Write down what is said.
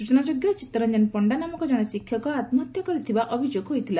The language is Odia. ସ୍ବଚନାଯୋଗ୍ୟ ଚିଉରଞ୍ଞନ ପଶ୍ବା ନାମକ ଜଣେ ଶିକ୍ଷକ ଆତୁହତ୍ୟା କରିଥିବା ଅଭିଯୋଗ ହୋଇଥିଲା